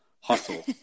hustle